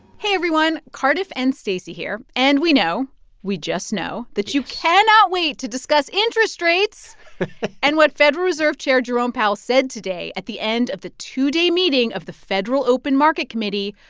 hey everyone. cardiff and stacey here. and we know we just know that you cannot wait to discuss interest rates and what federal reserve chair jerome powell said today at the end of the two-day meeting of the federal open market committee,